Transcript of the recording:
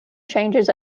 changes